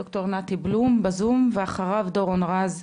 ד"ר נתי בלום בזום ואחריו דורון רז,